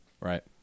Right